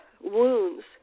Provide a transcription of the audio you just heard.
wounds